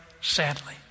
sadly